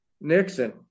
Nixon